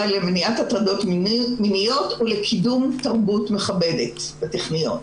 למניעת הטרדות מיניות ולקידום תרבות מכבדת בטכניון.